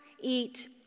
Eat